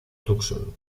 tucson